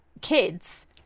kids